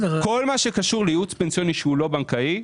כל מה שקשור לייעוץ פנסיוני שהוא לא בנקאי,